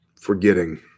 forgetting